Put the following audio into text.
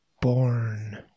born